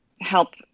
help